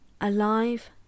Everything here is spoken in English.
Alive